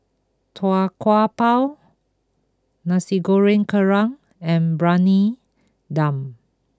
Tau Kwa Pau Nasi Goreng Kerang and Briyani Dum